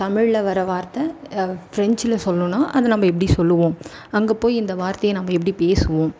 தமிழ்ல வர்ற வார்த்தை பிரெஞ்ச்ல சொல்லணும்னா அதை நம்ம எப்படி சொல்லுவோம் அங்கே போய் இந்த வார்த்தையை நம்ம எப்படி பேசுவோம்